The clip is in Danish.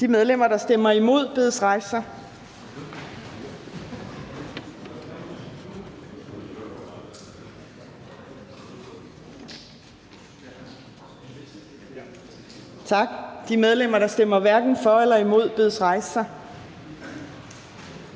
De medlemmer, der stemmer imod, bedes rejse sig. Tak. De medlemmer, der stemmer hverken for eller imod, bedes rejse sig.